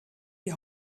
die